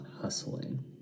hustling